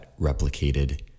replicated